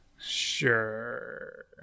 Sure